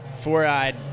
Four-eyed